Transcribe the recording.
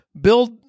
build